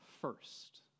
first